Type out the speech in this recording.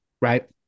right